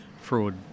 Fraud